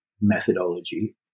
methodology